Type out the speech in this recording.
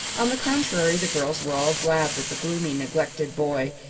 on the contrary, the girls were all glad that the gloomy, neglected boy,